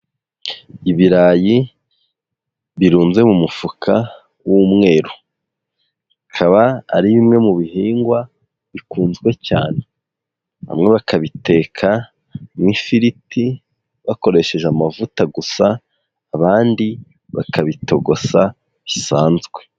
Ibirayi birunze mu mufuka w'umweru, bikaba ari bimwe mu bihingwa bikunzwe cyane, bamwe bakabitekamo ifiriti bakoresheje amavuta gusa, abandi bakabitogosa bisanzwe.